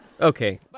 Okay